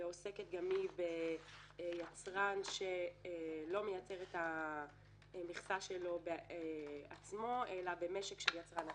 עוסקת גם היא ביצרן שלא מייצר את המכסה שלו בעצמו אלא במשק של יצרן אחר,